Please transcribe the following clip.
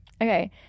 okay